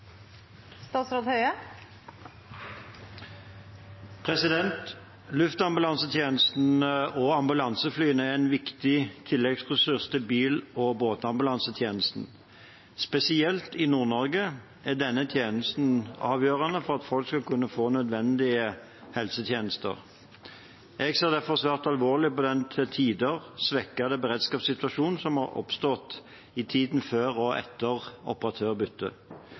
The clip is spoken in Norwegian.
bil- og båtambulansetjenesten. Spesielt i Nord-Norge er denne tjenesten avgjørende for at folk skal kunne få nødvendige helsetjenester. Jeg ser derfor svært alvorlig på den til tider svekkede beredskapssituasjonen som har oppstått i tiden før og etter